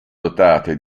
dotate